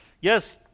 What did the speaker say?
yes